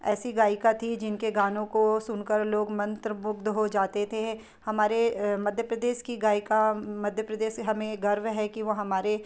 ऐसी गायिका थीं जिनके गानों को सुन कर लोग मंत्रमुग्ध हो जाते थे हमारे मध्य प्रदेश की गायिका मध्य प्रदेश से हमें गर्व है कि वह हमारे